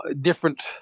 different